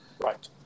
Right